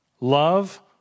Love